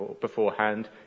beforehand